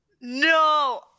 No